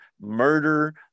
murder